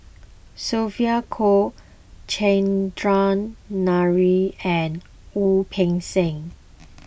Sylvia Kho Chandran Nair and Wu Peng Seng